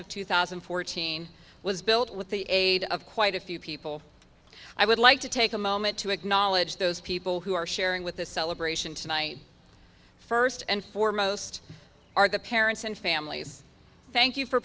of two thousand and fourteen was built with the aid of quite a few people i would like to take a moment to acknowledge those people who are sharing with the celebration tonight first and foremost are the parents and families thank you for